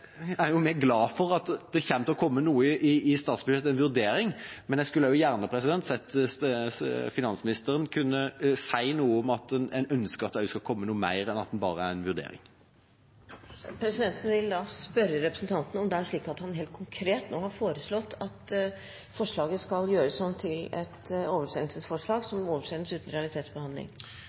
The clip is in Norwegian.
jeg skulle gjerne sett at finansministeren kunne si noe om hvorvidt en ønsket at det skal komme noe mer enn bare en vurdering. Presidenten vil da spørre representanten om det er slik at han helt konkret har foreslått at forslaget skal gjøres om til et oversendelsesforslag, at det oversendes uten realitetsbehandling.